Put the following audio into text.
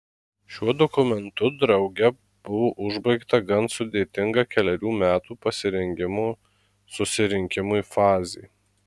šiuo dokumentu drauge buvo užbaigta gan sudėtinga kelerių metų pasirengimo susirinkimui fazė